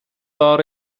war